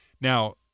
Now